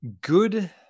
good